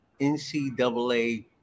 NCAA